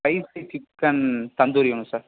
spicy chicken tandoori ஒன்று sir